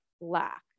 lack